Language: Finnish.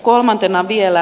kolmantena vielä